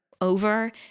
over